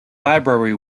library